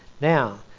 Now